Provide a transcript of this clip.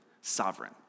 Sovereign